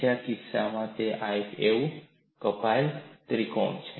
બીજા કિસ્સામાં તે આ જેવું કાપાયેલ ત્રિકોણ છે